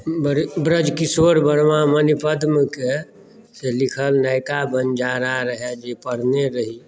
ब्रजकिशोर बर्मा मणिपद्मकेँ लिखल से नयिका बन्जारा रहै जे पढ़ने रही